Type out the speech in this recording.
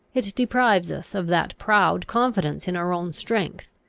it deprives us of that proud confidence in our own strength,